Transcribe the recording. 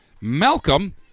Malcolm